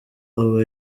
aba